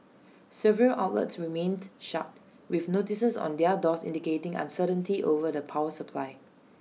several outlets remained shut with notices on their doors indicating uncertainty over the power supply